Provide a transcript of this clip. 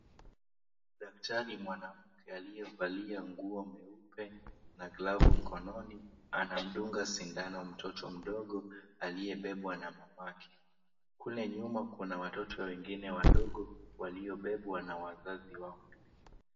Daktari mwanamke aliyevalia nguo meupe na glavu mkononi, anamdunga sindano mtoto mdogo, aliyebebwa na mamake. Kule nyuma kuna watoto wengine wadogo waliobebwa na wazazi wao.